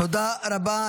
תודה רבה.